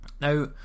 Now